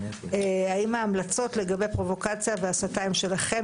האם ההמלצות לגבי פרובוקציה והסתה הן שלכם,